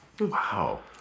wow